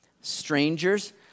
strangers